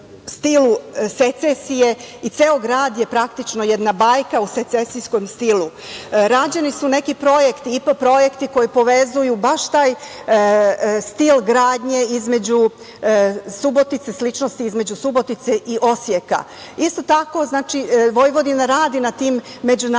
stilu secesije i ceo grad je praktično jedna bajka u secesijskom stilu. Rađeni su neki IPA projekti koji povezuju baš taj stil gradnje, sličnosti između Subotice i Osjeka. Isto tako, Vojvodina radi na tim međunarodnim